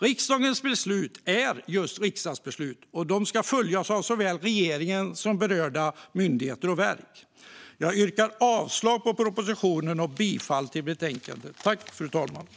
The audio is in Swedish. Riksdagens beslut är just riksdagsbeslut, och de ska följas av såväl regeringen som berörda myndigheter och verk. Jag yrkar avslag på propositionen och bifall till förslaget i betänkandet.